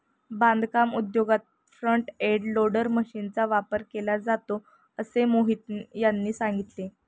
बांधकाम उद्योगात front end loader मशीनचा वापर केला जातो असे मोहित यांनी सांगितले